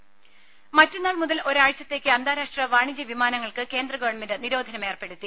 ടെടി മറ്റന്നാൾ മുതൽ ഒരാഴ്ചത്തേയ്ക്ക് അന്താരാഷ്ട്ര വാണിജ്യ വിമാനങ്ങൾക്ക് കേന്ദ്ര ഗവൺമെന്റ് നിരോധനം ഏർപ്പെടുത്തി